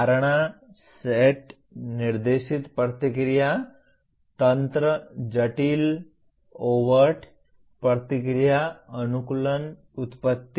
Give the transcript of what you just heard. धारणा सेट निर्देशित प्रतिक्रिया तंत्र जटिल ओवरट प्रतिक्रिया अनुकूलन उत्पत्ति